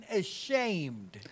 ashamed